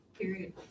Period